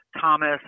Thomas